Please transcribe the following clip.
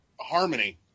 harmony